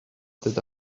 that